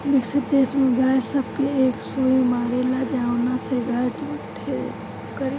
विकसित देश में गाय सब के एक सुई मारेला जवना से गाय दूध ढेर करले